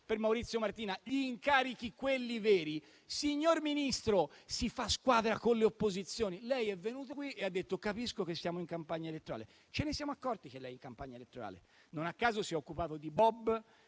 per Maurizio Martina. Per gli incarichi, quelli veri, signor Ministro, si fa squadra con le opposizioni. Lei è venuto qui e ha detto: capisco che siamo in campagna elettorale. Ce ne siamo accorti che lei è in campagna elettorale; non a caso si è occupato di bob